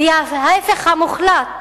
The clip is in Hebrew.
והיא ההיפך המוחלט